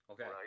Okay